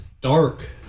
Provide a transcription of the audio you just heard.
dark